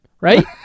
right